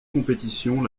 compétitions